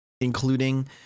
including